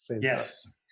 Yes